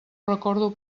recordo